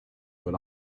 but